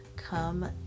Come